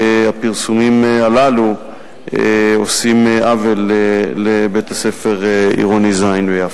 הפרסומים הללו עושים עוול לבית-הספר עירוני ז' ביפו.